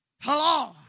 Hello